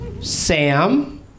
Sam